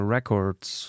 Records